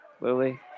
Lily